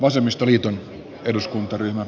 arvoisa puhemies